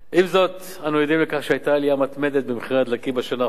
עם זאת אנו עדים לכך שהיתה עלייה מתמדת במחירי הדלקים בשנה האחרונה,